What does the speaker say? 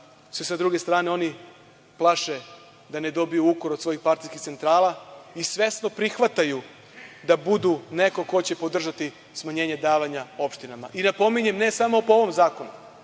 se sa druge strane oni plaše da ne dobiju ukor od svojih partijskih centrala i svesno prihvataju da budu neko ko će podržati smanjenje davanja opštinama. Napominjem, ne samo po ovom zakonu,